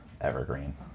Evergreen